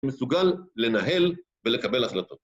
מסוגל לנהל ולקבל החלטות